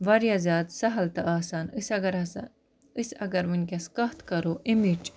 واریاہ زیادٕ سَہل تہٕ آسان أسۍ اَگَر ہَسا أسۍ اَگَر وٕنۍکٮ۪س کَتھ کَرو اَمِچ